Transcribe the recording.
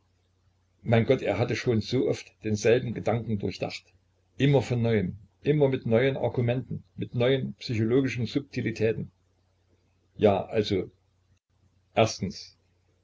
mein gott er hatte schon so oft denselben gedankengang durchdacht immer von neuem immer mit neuen argumenten mit neuen psychologischen subtilitäten ja also erstens